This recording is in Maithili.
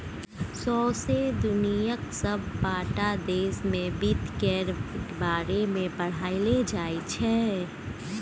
सौंसे दुनियाक सबटा देश मे बित्त केर बारे मे पढ़ाएल जाइ छै